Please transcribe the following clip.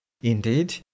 Indeed